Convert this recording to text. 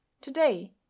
Today